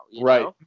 Right